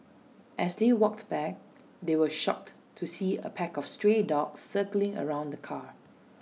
as they walked back they were shocked to see A pack of stray dogs circling around the car